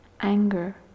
anger